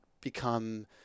become